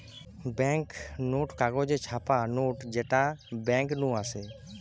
bank note কাগজে ছাপা note যেটা বেঙ্ক নু আসে